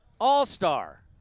All-star